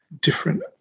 different